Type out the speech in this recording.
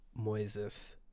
Moises